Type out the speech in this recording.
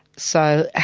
so